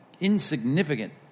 insignificant